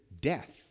death